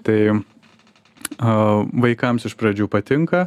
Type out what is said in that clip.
tai a vaikams iš pradžių patinka